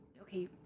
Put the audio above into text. okay